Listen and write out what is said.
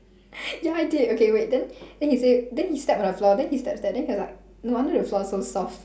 ya I did okay wait then then he say then he step on the floor then he step step then he was like no wonder the floor so soft